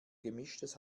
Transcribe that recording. gemischtes